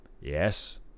yes